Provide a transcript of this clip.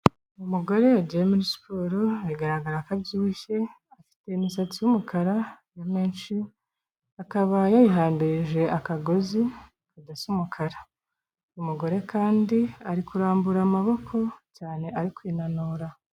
Umugore yagiye muri siporo bigaragara ko abyibushye, afite imisatsi y'umukara ya menshi akaba yayihambirije akagozi kadasa umukara, umugore kandi ari kurambura amaboko cyane ari kwinanura.